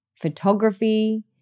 photography